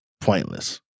Pointless